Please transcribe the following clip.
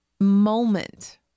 moment